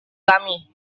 kami